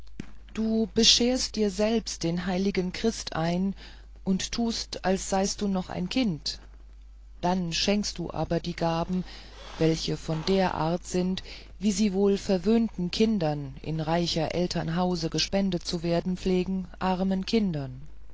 du bescherst dir selbst den heiligen christ ein und tust als seist du noch ein kind dann schenkst du aber die gaben welche von der art sind wie sie wohl verwöhnten kindern in reicher eltern hause gespendet zu werden pflegen armen kindern